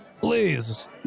Please